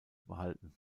behalten